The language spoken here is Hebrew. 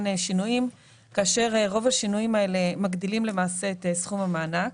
יש בו שינויים כאשר רוב השינויים האלה למעשה מגדילים את סכום המענק